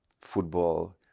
football